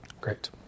Great